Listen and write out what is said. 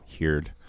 heard